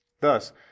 Thus